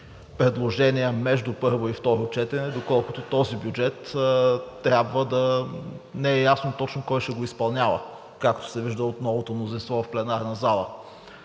предложения между първо и второ четене, доколкото този бюджет трябва да… Не е ясно точно кой ще го изпълнява, както се вижда от новото мнозинство в пленарната залата.